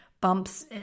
bumps